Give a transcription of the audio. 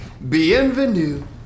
Bienvenue